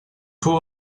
pour